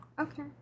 Okay